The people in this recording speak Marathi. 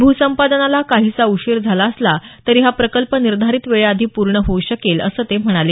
भूसंपादनाला काहीसा उशीर झाला असला तरी हा प्रकल्प निर्धारित वेळेआधी पूर्ण होऊ शकेल असं ते म्हणाले